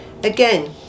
Again